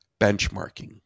benchmarking